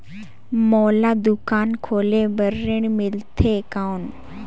मोला दुकान खोले बार ऋण मिलथे कौन?